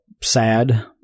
sad